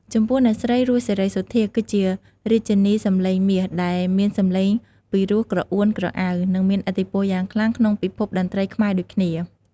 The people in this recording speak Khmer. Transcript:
ចំពោះ អ្នកស្រី រស់ សេរីសុទ្ធា គឺជារាជិនីសម្លេងមាសដែលមានសម្លេងពីរោះក្រអួនក្រអៅ និងមានឥទ្ធិពលយ៉ាងខ្លាំងក្នុងពិភពតន្ត្រីខ្មែរដូចគ្នា។